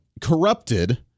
corrupted